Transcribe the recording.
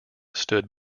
stood